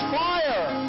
fire